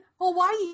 Hawaii